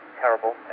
terrible